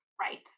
Right